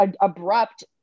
abrupt